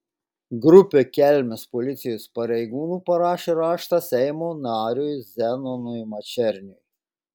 grupė kelmės policijos pareigūnų parašė raštą seimo nariui zenonui mačerniui